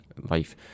life